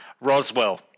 Roswell